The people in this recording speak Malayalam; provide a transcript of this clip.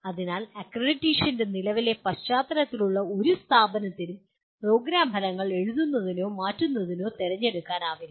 അതിനാൽ അക്രഡിറ്റേഷന്റെ നിലവിലെ പശ്ചാത്തലത്തിലുള്ള ഒരു സ്ഥാപനത്തിനും പ്രോഗ്രാം ഫലങ്ങൾ എഴുതുന്നതിനോ മാറ്റുന്നതിനോ തിരഞ്ഞെടുക്കാനാവില്ല